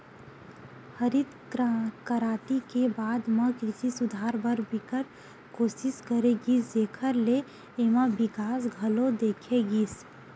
हरित करांति के बाद म कृषि सुधार बर बिकट कोसिस करे गिस जेखर ले एमा बिकास घलो देखे गिस